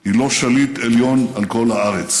היא לא שליט עליון על כל הארץ.